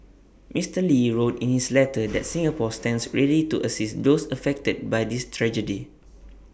Mister lee wrote in his letter that Singapore stands ready to assist those affected by this tragedy